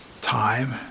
time